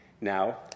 Now